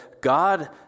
God